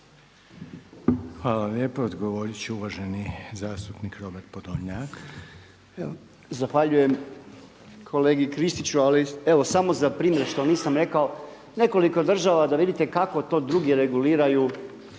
Hvala lijepa. Odgovoriti će uvaženi zastupnik Robert Podolnjak. **Podolnjak, Robert (MOST)** Evo zahvaljujem kolegi Kristiću ali evo samo za primjer što vam nisam rekao, nekoliko država da vidite kako to drugi reguliraju